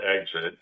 exit